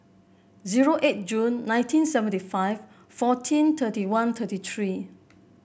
zero eight June nineteen seventy five fourteen thirty one thirty three